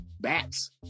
bats